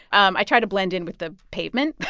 um i try to blend in with the pavement